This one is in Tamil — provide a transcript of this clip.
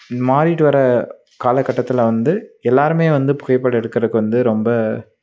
மாறிகிட்டு வர காலக்கட்டத்தில் வந்து எல்லாருமே வந்து புகைப்படம் எடுக்கறதுக்கு வந்து ரொம்ப